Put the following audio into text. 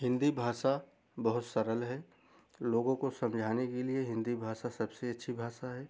हिन्दी भाषा बहुत सरल है लोगों को समझाने के लिए हिन्दी भाषा सबसे अच्छी भाषा है